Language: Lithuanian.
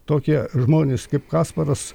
tokie žmonės kaip kasparas